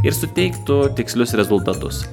ir suteiktų tikslius rezultatus